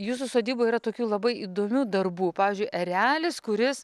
jūsų sodyboj yra tokių labai įdomių darbų pavyzdžiui erelis kuris